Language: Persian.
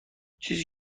چیزی